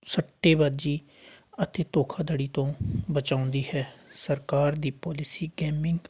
ਸੱਟੇਬਾਜੀ ਅਤੇ ਧੋਖਾਧੜੀ ਤੋਂ ਬਚਾਉਂਦੀ ਹੈ ਸਰਕਾਰ ਦੀ ਪੋਲਿਸੀ ਗੇਮਿੰਗ